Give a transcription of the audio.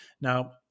Now